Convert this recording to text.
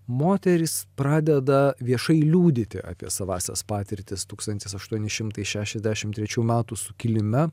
moterys pradeda viešai liudyti apie savąsias patirtis tūkstantis aštuoni šimtai šešiasdešimt trečių metų sukilime